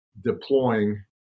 deploying